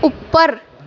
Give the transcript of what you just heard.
ਉੱਪਰ